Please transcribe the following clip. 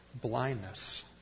blindness